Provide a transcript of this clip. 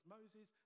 Moses